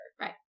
Right